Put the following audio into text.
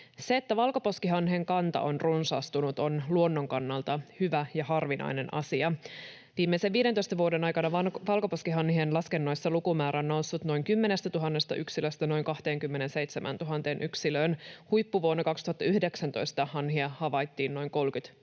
Se, että valkoposkihanhen kanta on runsastunut, on luonnon kannalta hyvä ja harvinainen asia. Viimeisen 15 vuoden aikana valkoposkihanhien laskennoissa lukumäärä on noussut noin 10 000 yksilöstä noin 27 000 yksilöön. Huippuvuonna 2019 hanhia havaittiin noin 35 000